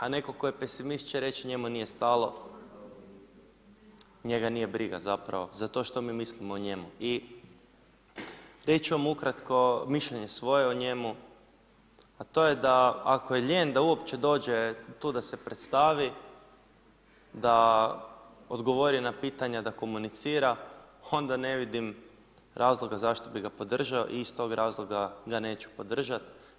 A netko tko je pesimist će reć njemu nije stalno, njega nije briga zapravo za to što mi mislimo o njemu i reći ću vam ukratko mišljenje svoje o njemu, a to je da ako je lijen da uopće dođe tu da se predstavi, da odgovori na pitanja, da komunicira, onda ne vidim razloga zašto bi ga podržao i iz tog razloga ga neću podržat.